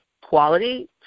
quality